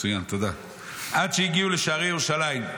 עד שהגיעו לשערי ירושלים.